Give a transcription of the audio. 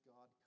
God